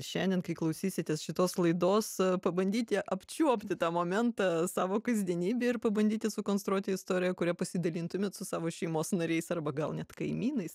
šiandien kai klausysitės šitos laidos pabandyti apčiuopti tą momentą savo kasdienybėj ir pabandyti sukonstruoti istoriją kuria pasidalintumėt su savo šeimos nariais arba gal net kaimynais